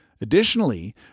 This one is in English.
Additionally